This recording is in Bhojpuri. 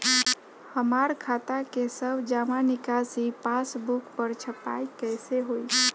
हमार खाता के सब जमा निकासी पासबुक पर छपाई कैसे होई?